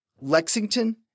Lexington